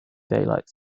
daylight